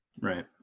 right